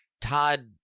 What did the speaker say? todd